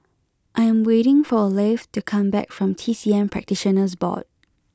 I am waiting for Leif to come back from T C M Practitioners Board